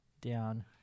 down